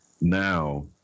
now